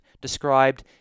described